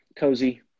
cozy